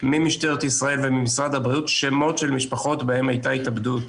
ממשטרת ישראל וממשרד הבריאות שמות של משפחות בהן הייתה התאבדות,